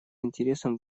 интересом